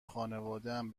خانوادهام